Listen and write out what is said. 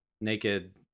naked